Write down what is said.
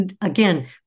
Again